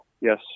yes